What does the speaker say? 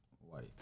White